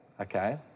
Okay